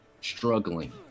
struggling